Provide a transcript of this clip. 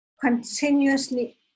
continuously